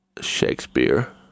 Shakespeare